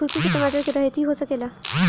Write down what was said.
खुरपी से टमाटर के रहेती हो सकेला?